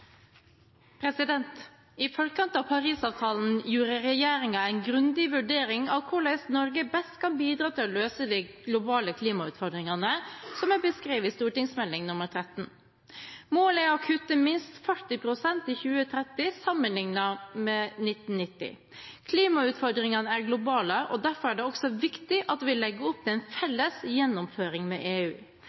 I forkant av Paris-avtalen gjorde regjeringen en grundig vurdering av hvordan Norge best kan bidra til å løse de globale klimautfordringene som er beskrevet i Meld. St. 13 for 2014–2015. Målet er å kutte minst 40 pst. i 2030, sammenlignet med 1990. Klimautfordringene er globale, og derfor er det også viktig at vi legger opp til en felles gjennomføring med EU.